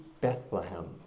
Bethlehem